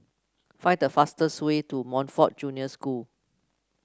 find the fastest way to Montfort Junior School